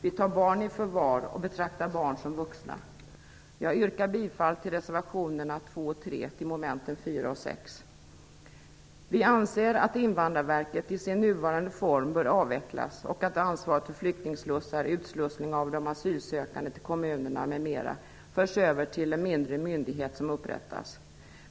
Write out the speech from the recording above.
Vi tar barn i förvar och betraktar barn som vuxna. Jag yrkar bifall till reservationerna 2 och 3 till momenten 4 och 6. Vi anser att Invandrarverket i sin nuvarande form bör avvecklas och att ansvaret för flyktingslussar, utslussning av de asylsökande till kommunerna m.m. skall föras över till en mindre myndighet som upprättas.